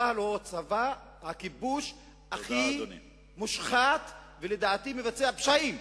צה"ל הוא צבא הכיבוש הכי מושחת ולדעתי מבצע פשעים,